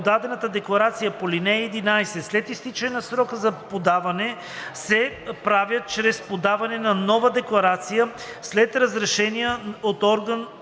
подадена декларация по ал. 11 след изтичане на срока за подаване се правят чрез подаване на нова декларация след разрешение от орган